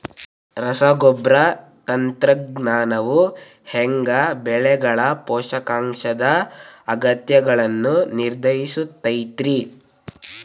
ರಸಗೊಬ್ಬರ ತಂತ್ರಜ್ಞಾನವು ಹ್ಯಾಂಗ ಬೆಳೆಗಳ ಪೋಷಕಾಂಶದ ಅಗತ್ಯಗಳನ್ನ ನಿರ್ಧರಿಸುತೈತ್ರಿ?